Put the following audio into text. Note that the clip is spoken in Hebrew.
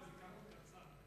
זה זיכרון קצר.